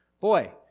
Boy